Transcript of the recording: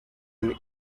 and